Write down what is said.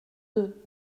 deux